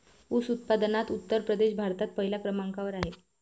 ऊस उत्पादनात उत्तर प्रदेश भारतात पहिल्या क्रमांकावर आहे